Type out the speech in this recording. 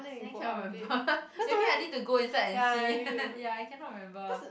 suddenly cannot remember maybe I need to go inside and see ya I cannot remember